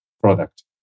product